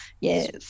yes